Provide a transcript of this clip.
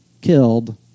killed